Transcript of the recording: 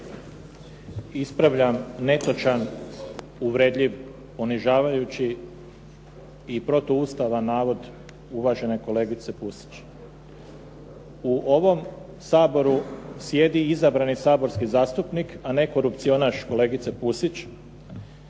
Ispravljam netočan uvredljiv, ponižavajući i protuustavan navod uvažene kolegice Pusić. U ovom sjedi izabrani saborski zastupnik a ne korupcionaš kolegice Pusić.